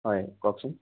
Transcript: হয় কওকচোন